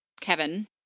Kevin